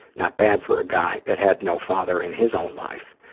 not bad for a guy that had no father in his own life.